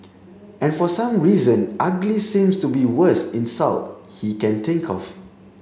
and for some reason ugly seems to be worst insult he can think of